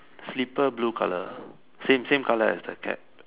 slippers blue color same color as the cap